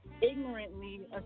ignorantly